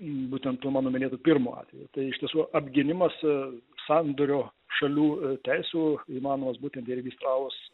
būtent tuo mano minėtu pirmu atveju tai iš tiesų apgynimas ir sandorio šalių teisių įmanomas būtent įregistravus